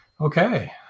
Okay